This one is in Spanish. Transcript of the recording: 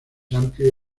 amplia